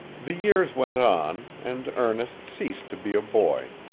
the years went on, and ernest ceased to be a boy.